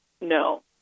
No